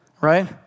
Right